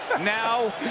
now